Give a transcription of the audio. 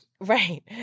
Right